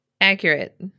Accurate